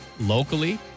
locally